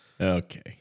Okay